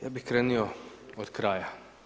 Ja bih krenuo od kraja.